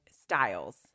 styles